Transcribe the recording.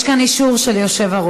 יש כאן אישור של היושב-ראש.